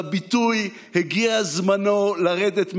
של הביטוי: הגיע זמנו לרדת מהבמה,